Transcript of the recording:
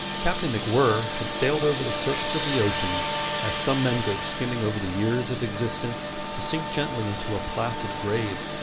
captain macwhirr had sailed over the surface of the oceans as some men go skimming over the years of existence to sink gently into a placid grave,